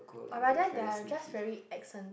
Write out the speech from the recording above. or rather does just really accent